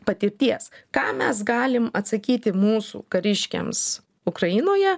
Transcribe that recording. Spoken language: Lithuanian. patirties ką mes galim atsakyti mūsų kariškiams ukrainoje